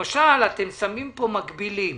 אתם שמים כאן למשל מקבילים.